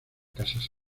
casas